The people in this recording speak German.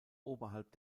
oberhalb